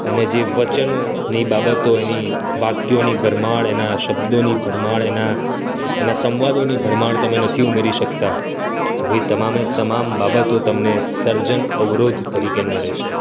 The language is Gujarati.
અને જે વચનોની બાબતો એની વાક્યોની ભરમાર એના શબ્દોની ભરમાર એના એના સંવાદોની ભરમાર તમે નથી ઉમેરી શકતા તો એ તમામે તમામ બાબતો તમને સર્જન અવરોધ તરીકે નડે છે